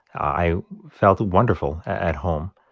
i felt wonderful at home.